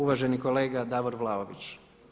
Uvaženi kolega Davor Vlaović.